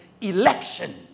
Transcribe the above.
election